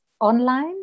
online